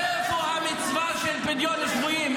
איפה המצווה של פדיון שבויים?